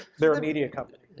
they're a media company.